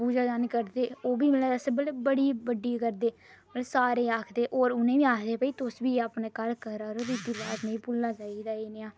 पूजा यानि करदे ओह् बी असें मतलब बड़ी बड्डी करदे मतलब सारे आखदे और उ'नें गी बी आखदे भाई तुसें बी घर करा करो रीति रिवाज नेईं भुल्ला चाहिदे इ'यै नेहा